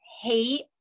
hate